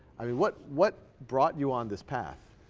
i mean what what brought you on this path?